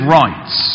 rights